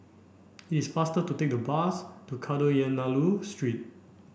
it's faster to take the bus to Kadayanallur Street